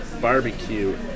barbecue